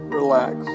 relax